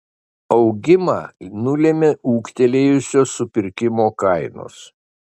augimą nulėmė ūgtelėjusios supirkimo kainos